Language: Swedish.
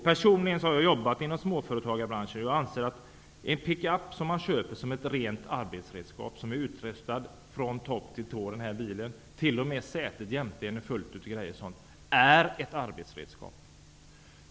Jag har jobbat inom småföretagarbranschen och anser att en pickup som man köper som ett rent arbetsredskap, som är utrustad från topp till tå, t.o.m. sätet jämte övriga saker, är ett arbetsredskap.